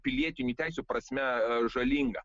pilietinių teisių prasme žalinga